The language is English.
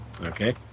okay